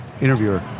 Interviewer